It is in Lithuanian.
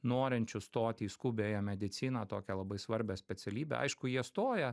norinčių stoti į skubiąją mediciną tokią labai svarbią specialybę aišku jie stoja